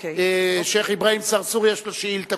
שיח' אברהים צרצור, יש לו שאילתא.